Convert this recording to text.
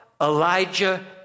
Elijah